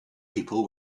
people